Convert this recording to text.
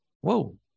Whoa